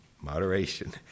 moderation